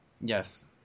Yes